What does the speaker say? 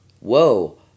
whoa